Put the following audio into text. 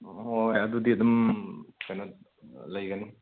ꯍꯣꯏ ꯑꯗꯨꯗꯤ ꯑꯗꯨꯝ ꯀꯩꯅꯣ ꯂꯩꯒꯅꯤ